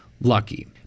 lucky